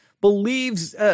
believes –